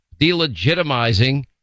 delegitimizing